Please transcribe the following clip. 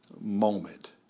moment